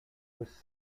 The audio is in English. was